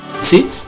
See